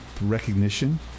recognition